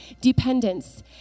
dependence